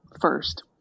first